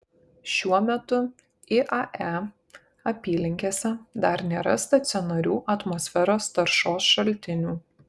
šiuo metu iae apylinkėse dar nėra stacionarių atmosferos taršos šaltinių